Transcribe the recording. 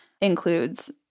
includes